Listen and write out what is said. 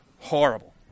horrible